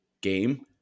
game